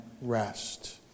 rest